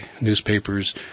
newspapers